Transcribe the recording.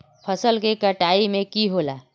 फसल के कटाई में की होला?